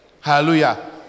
Hallelujah